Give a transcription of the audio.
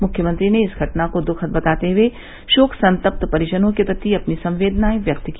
मुख्यमंत्री ने इस घटना को दूखद बताते हए शोक संतप्त परिजनों के प्रति अपनी संवेदनाये व्यक्त की